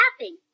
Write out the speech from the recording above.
laughing